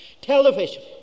television